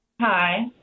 hi